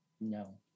no